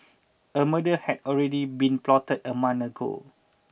a murder had already been plotted a month ago